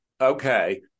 okay